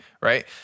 right